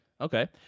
Okay